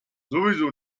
sowieso